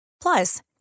Plus